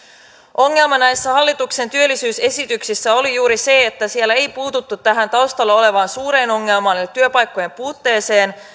ongelma näissä hallituksen työllisyysesityksissä on juuri se että niissä ei puututa tähän taustalla olevaan suureen ongelmaan eli työpaikkojen puutteeseen